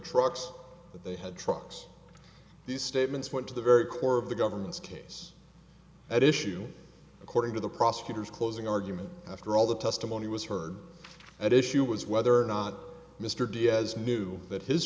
trucks that they had trucks these statements went to the very core of the government's case at issue according to the prosecutor's closing argument after all the testimony was heard at issue was whether or not mr diaz knew that his